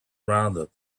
rounded